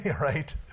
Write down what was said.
right